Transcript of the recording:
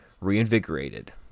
reinvigorated